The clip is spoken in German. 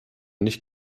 nicht